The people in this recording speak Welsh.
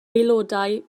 aelodau